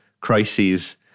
crises